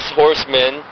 horsemen